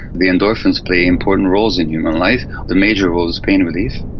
the endorphins play important roles in human life. the major role is pain relief.